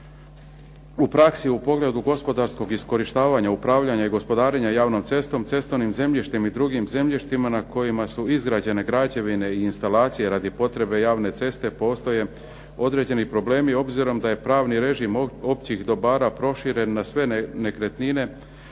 U praksi u pogledu gospodarskog iskorištavanja, upravljanja i gospodarenja javnom cestom, cestovnim zemljištima i drugim zemljištima na kojima su izgrađene građevine i instalacije radi potrebe javne ceste postoje određeni problemi obzirom da je pravni režim općih dobara proširen na sve nekretnine